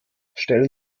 stellen